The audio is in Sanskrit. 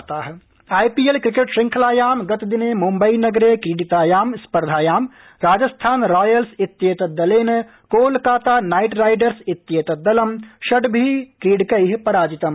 अन्तच्चि क्रीडा वार्ता आईपीएल क्रिकेट् शृंखलायां गतदिने मुम्बई नगरे क्रीडितायां स्पर्धायां राजस्थान रायल्स इत्येतद् दलेन कोलकाता नाइट राइडर्स इत्येतद् दलं षड्भि क्रीडकै पराजितम्